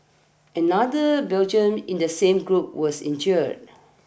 another Belgian in the same group was injured